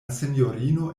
sinjorino